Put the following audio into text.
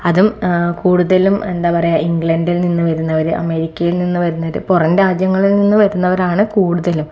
അതും കൂടുതലും എന്താ പറയാ ഇംഗ്ലണ്ടിൽ നിന്നും വരുന്നവർ അമേരിക്കയിൽ നിന്ന് വരുന്നവർ പുറം രാജ്യങ്ങളിൽ നിന്ന് വരുന്നവരാണ് കൂടുതലും